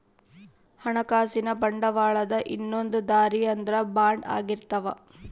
ಹಣಕಾಸಿನ ಬಂಡವಾಳದ ಇನ್ನೊಂದ್ ದಾರಿ ಅಂದ್ರ ಬಾಂಡ್ ಆಗಿರ್ತವ